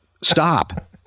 Stop